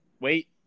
wait